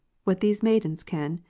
what these maidens can?